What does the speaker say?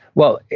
well,